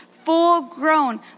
full-grown